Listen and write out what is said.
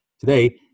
Today